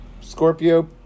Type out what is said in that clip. Scorpio